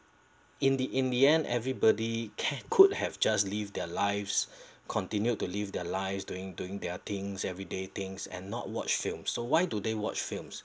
in the in the the end everybody could have just lived their lives continued to live their lives during doing their things everyday things and not watch films so why do they watch films